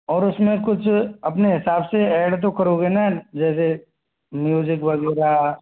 और उस में कुछ अपने हिसाब से ऐड तो करोगे ना जैसे म्यूज़िक वग़ैरह